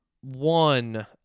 One